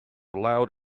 loud